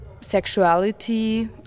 sexuality